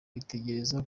bitegereza